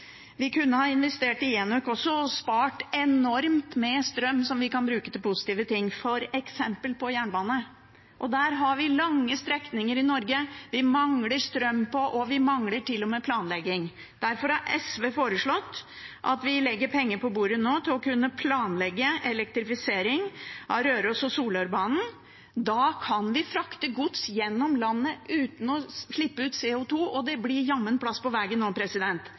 Vi kunne ha investert i enøk også og spart enormt med strøm som vi kan bruke til positive ting, f.eks. på jernbane. Vi har lange strekninger i Norge der vi mangler strøm, og vi mangler til og med planlegging. Derfor har SV foreslått at vi legger penger på bordet nå til å kunne planlegge elektrifisering av Rørosbanen og Solørbanen. Da kan vi frakte gods gjennom landet uten å slippe ut CO 2 , og det blir jammen plass på vegen